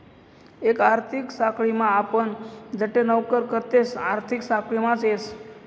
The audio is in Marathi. एक आर्थिक साखळीम आपण जठे नौकरी करतस ते आर्थिक साखळीमाच येस